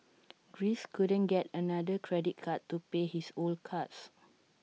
Greece couldn't get another credit card to pay his old cards